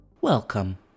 Welcome